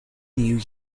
new